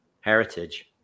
heritage